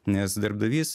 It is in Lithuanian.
nes darbdavys